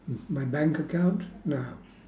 m~ my bank account nah